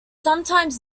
sometimes